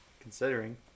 considering